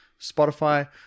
Spotify